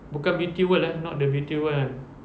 bukan beauty world eh not the beauty world one